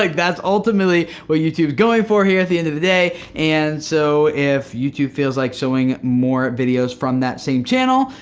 like that's ultimately what youtube's going for here at the end of the day and so, if youtube feels like showing more videos from that same channel,